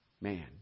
man